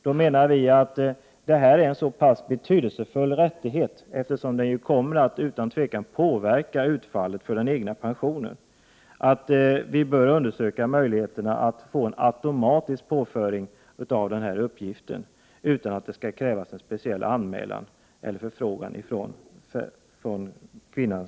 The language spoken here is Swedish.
Då menar vi att det här är en så pass betydelsefull rättighet, eftersom den utan tvivel kommer att påverka utfallet av den egna pensionen, att vi bör undersöka möjligheterna att få en automatisk påföring utan att det skall krävas en speciell anmälan från kvinnan.